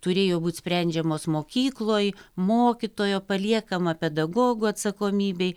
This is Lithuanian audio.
turėjo būt sprendžiamos mokykloj mokytojo paliekama pedagogų atsakomybei